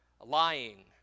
lying